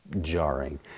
jarring